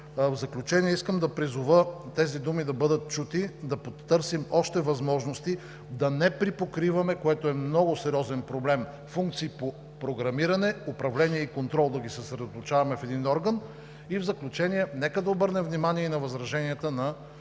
в заключение, искам да призова тези думи да бъдат чути – да потърсим още възможности, да не припокриваме, което е много сериозен проблем, функции по програмиране, управление и контрол, да ги съсредоточаваме в един орган. И, в заключение, нека да обърнем внимание и на възраженията на